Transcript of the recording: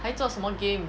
还做什么 game